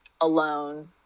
alone